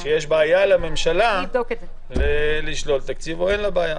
או שהוא טוען שיש בעיה לממשלה לשלול תקציב או שאין לה בעיה.